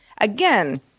again